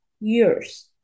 years